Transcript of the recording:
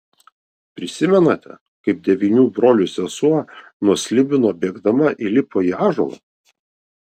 prisimenate kaip devynių brolių sesuo nuo slibino bėgdama įlipo į ąžuolą